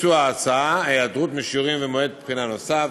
שעולים בהצעה, היעדרות משיעורים ומועד בחינה נוסף.